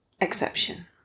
exception